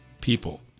people